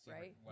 right